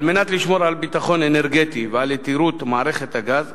על מנת לשמור על ביטחון אנרגטי ועל יתרות מערכת הגז,